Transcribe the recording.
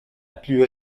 plus